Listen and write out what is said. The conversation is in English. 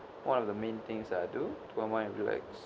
one of the main things that I do to unwind and relax